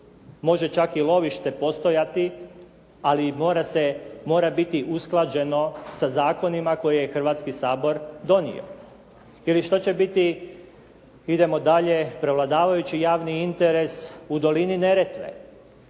Može čak i lovište postojati ali mora biti usklađeno sa zakonima koje je Hrvatski sabor donio. Ili što će biti, idemo dalje, prevladavajući javni interes u dolini Neretve?